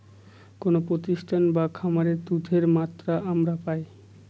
কোনো প্রতিষ্ঠানে বা খামারে দুধের মাত্রা আমরা পাই